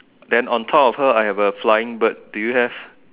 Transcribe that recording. then on top her I have a flying bird do you have